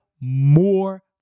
more